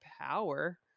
power